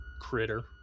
critter